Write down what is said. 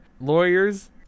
lawyers